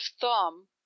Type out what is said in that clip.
thumb